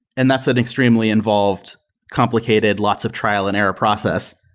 and that's an extremely involved complicated lots of trial and error process.